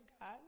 God